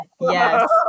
Yes